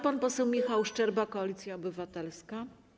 Pan poseł Michał Szczerba, Koalicja Obywatelska.